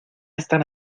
están